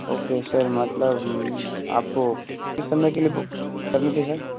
okay sir मतलब आपको किस समय के लिए बुक करनी थी सर